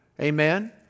Amen